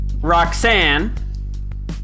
Roxanne